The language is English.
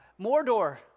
Mordor